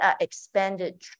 expanded